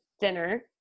dinner